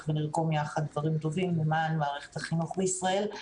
ונרקום ביחד דברים טובים למען מערכת החינוך בישראל.